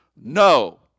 No